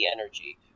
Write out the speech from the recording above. energy